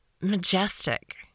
majestic